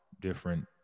different